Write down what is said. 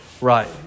Right